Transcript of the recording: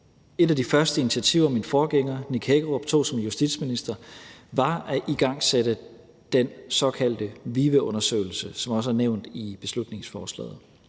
Et af de første initiativer, min forgænger Nick Hækkerup tog som justitsminister, var at igangsætte den såkaldte VIVE-undersøgelse, som også er nævnt i beslutningsforslaget.